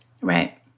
Right